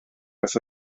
beth